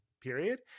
period